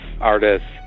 artists